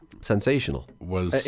sensational